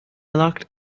locked